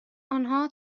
آنها